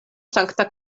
sankta